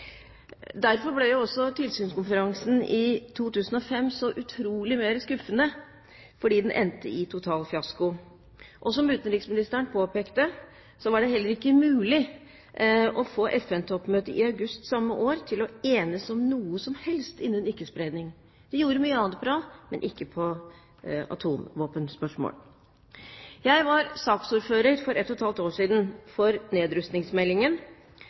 Derfor ble tilsynskonferansen i 2005 så utrolig mer skuffende fordi den endte i total fiasko. Som utenriksministeren påpekte, var det heller ikke mulig å få FN-toppmøtet i august samme år til å enes om noe som helst innen ikke-spredning. De gjorde mye annet bra, men ikke på atomvåpenspørsmål. Jeg var saksordfører for et og et halvt år siden for nedrustningsmeldingen,